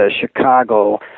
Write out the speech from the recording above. Chicago